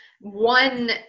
one